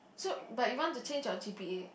so but you want to change your g_p_a